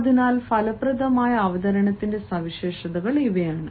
അതിനാൽ ഫലപ്രദമായ അവതരണത്തിന്റെ സവിശേഷതകൾ ഇവയാണ്